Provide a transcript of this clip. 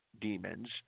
demons